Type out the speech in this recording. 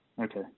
Okay